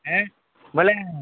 ଏଁ ବୋଲେ